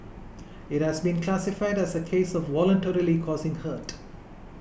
it has been classified as a case of voluntarily causing hurt